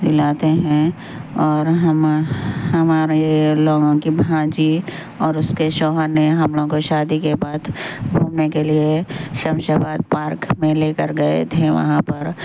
دلاتے ہیں اور ہما ہمارے لوگوں کی بھانجی اور اس کے شوہر نے ہم لوگوں کو شادی کے بعد گھومنے کے لیے شمس آباد پارک میں لے کر گئے تھے وہاں پر